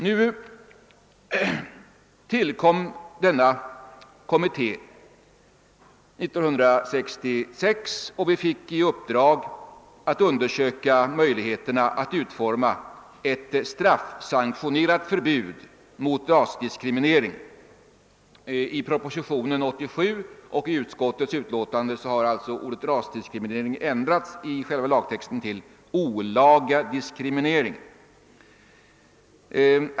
Den kommitté, som jag arbetade i, tillkom 1966 och vi fick i uppdrag att undersöka möjligheterna att utforma ett straffsanktionerat förbud mot rasdiskriminering. I propositionen 87 och i utskottets utlåtande har ordet rasdiskriminering ändrats i själva lagtexten till olaga diskriminering.